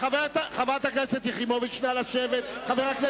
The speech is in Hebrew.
חברת הכנסת יחימוביץ, נא לשבת.